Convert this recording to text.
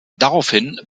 daraufhin